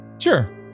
Sure